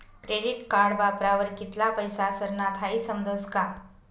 credit card वापरावर कित्ला पैसा सरनात हाई समजस का